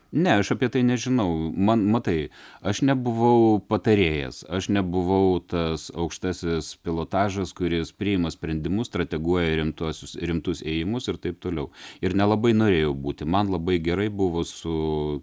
ne aš apie tai nežinau man matai aš nebuvau patarėjas aš nebuvau tas aukštasis pilotažas kuris priima sprendimus strateguoja rimtuosius rimtus ėjimus ir taip toliau ir nelabai norėjau būti man labai gerai buvo su